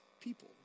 people